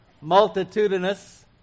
multitudinous